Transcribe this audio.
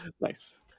Nice